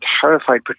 terrified